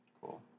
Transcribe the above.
Cool